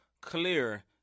clear